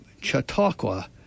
Chautauqua